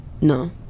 No